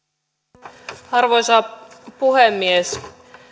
arvoisa arvoisa puhemies